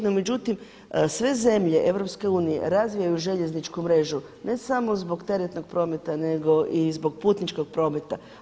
No međutim, sve zemlje EU razvijaju željezničku mrežu ne samo zbog teretnog prometa, nego i zbog putničkog prometa.